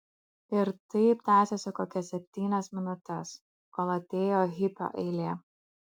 ir taip tęsėsi kokias septynias minutes kol atėjo hipio eilė